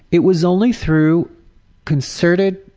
it was only through concerted,